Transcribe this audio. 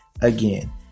Again